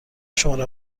شماره